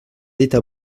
dita